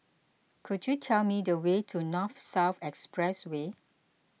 could you tell me the way to North South Expressway